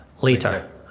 later